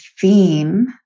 theme